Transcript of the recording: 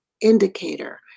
indicator